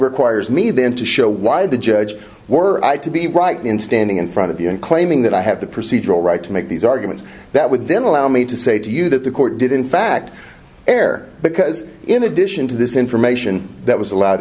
requires me then to show why the judge were i to be right in standing in front of you and claiming that i have the procedural right to make these arguments that would then allow me to say to you that the court did in fact air because in addition to this information that was allowed